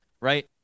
right